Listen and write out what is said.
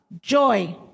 joy